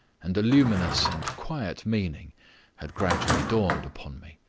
and a luminous and quiet meaning had gradually dawned upon me.